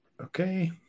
Okay